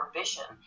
vision